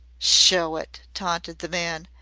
show it, taunted the man,